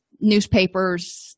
newspapers